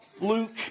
Luke